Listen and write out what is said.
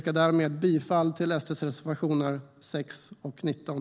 Jag yrkar bifall till SD:s reservationer 6 och 19.